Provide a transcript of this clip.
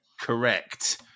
Correct